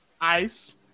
ice